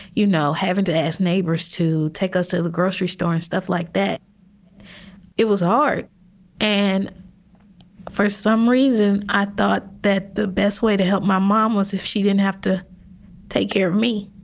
you know, having to ask neighbors to take us to the grocery store and stuff like that it was hard and for some reason, i thought that the best way to help my mom was if she didn't have to take care of me